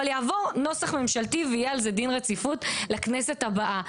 אבל יעבור נוסח ממשלתי ויהיה על זה דין רציפות לכנסת הבאה.